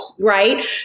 right